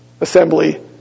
assembly